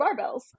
barbells